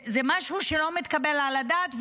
זה משהו שלא מתקבל על הדעת.